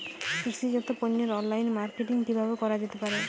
কৃষিজাত পণ্যের online marketing কিভাবে করা যেতে পারে?